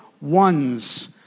ones